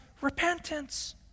Repentance